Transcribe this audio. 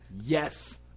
yes